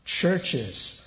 churches